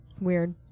Weird